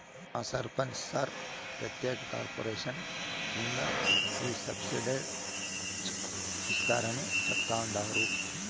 మా సర్పంచ్ సార్ ప్రత్యేక కార్పొరేషన్ కింద ఈ సబ్సిడైజ్డ్ ఇస్తారని చెప్తండారు